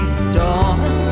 storm